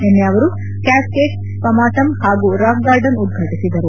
ನಿನ್ನೆ ಅವರು ಕ್ಲಾಸ್ಕೇಡ್ ಪಮಾಟಮ್ ಹಾಗೂ ರಾಕ್ಗಾರ್ಡನ್ ಉದ್ವಾಟಿಸಿದರು